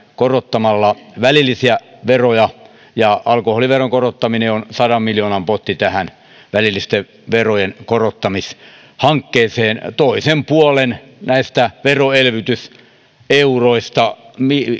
korottamalla välillisiä veroja alkoholiveron korottaminen on sadan miljoonan potti tähän välillisten verojen korottamishankkeeseen toisen puolen näistä veroelvytyseuroista